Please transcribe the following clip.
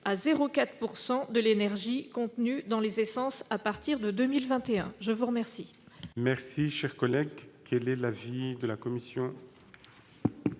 à 0,4 % de l'énergie contenue dans les essences à partir de 2021. Quel